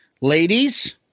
ladies